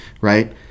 right